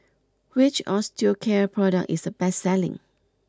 which Osteocare product is the best selling